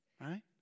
Right